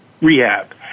rehab